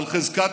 על חזקת,